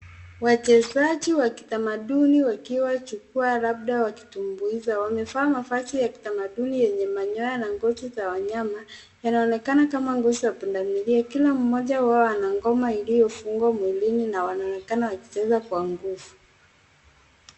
Wachezaji wa kitamaduni wakiwa jukwaa labda wakitumbuiza. Wamevaaa mavazi ya kitamaduni yenye manyoya na ngozi za wanyama. Yanaonekana kama nguzo ya pundamilia. Kila mmoja wao ana ngoma iliyofungwa mwilini na wanaonekana wakicheza kwa nguvu.